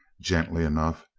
gently enough.